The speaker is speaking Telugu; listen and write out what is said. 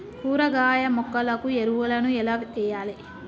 కూరగాయ మొక్కలకు ఎరువులను ఎలా వెయ్యాలే?